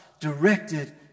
directed